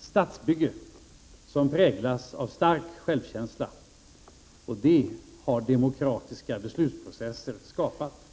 statsbygge, som präglas av stark självkänsla. Detta har demokratiska beslutsprocesser skapat.